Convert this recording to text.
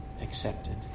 accepted